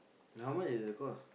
how much is the cost